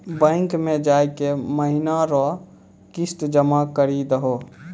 bank मे जाय के महीना रो किस्त जमा करी दहो